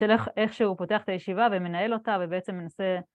תלך איך שהוא פותח את הישיבה ומנהל אותה ובעצם מנסה...